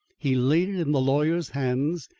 he laid it in the lawyer's hands,